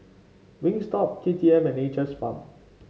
Wingstop K T M and Nature's Farm